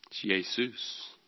Jesus